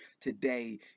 today